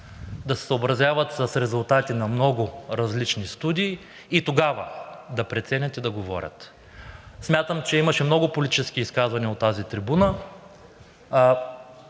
да се съобразяват с резултати на много различни студии и тогава да преценят и да говорят. Смятам, че имаше много политически изказвания от тази трибуна.